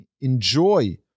enjoy